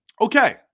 Okay